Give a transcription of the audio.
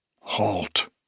Halt